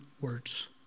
words